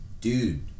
Dude